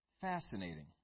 Fascinating